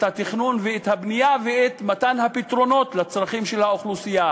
התכנון ואת הבנייה ואת מתן הפתרונות לצרכים של האוכלוסייה